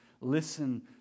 listen